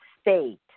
state